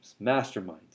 masterminds